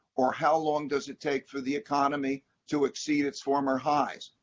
or how long does it take for the economy to exceed its former highs?